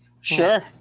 Sure